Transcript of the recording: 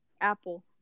Apple